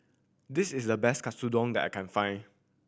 this is the best Katsudon that I can find